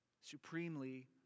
Supremely